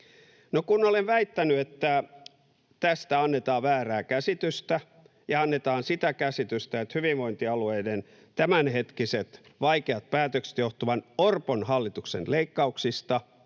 kun olen väittänyt, että tästä annetaan väärää käsitystä ja annetaan sitä käsitystä, että hyvinvointialueiden tämänhetkiset vaikeat päätökset johtuvan Orpon hallituksen leikkauksista